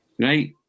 right